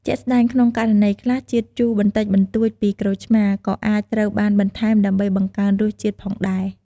ជាក់ស្ដែង ក្នុងករណីខ្លះ ជាតិជូរបន្តិចបន្តួចពីក្រូចឆ្មារ ក៏អាចត្រូវបានបន្ថែមដើម្បីបង្កើនរសជាតិផងដែរ។